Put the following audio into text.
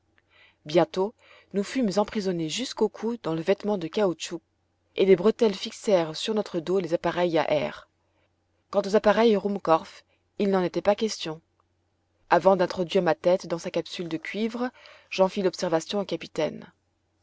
bientôt nous fûmes emprisonnés jusqu'au cou dans le vêtement de caoutchouc et des bretelles fixèrent sur notre dos les appareils à air quant aux appareils ruhmkorff il n'en était pas question avant d'introduire ma tête dans sa capsule de cuivre j'en fis l'observation au capitaine